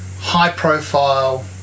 high-profile